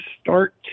start